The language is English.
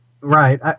Right